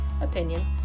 opinion